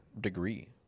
degree